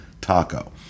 taco